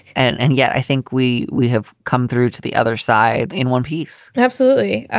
and and yet i think we we have come through to the other side in one piece absolutely.